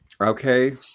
Okay